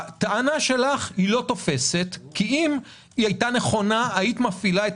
הטענה שלך לא תופסת כי אם היא הייתה נכונה היית מפעילה את